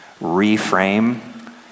reframe